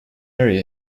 area